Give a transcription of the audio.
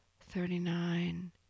thirty-nine